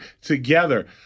together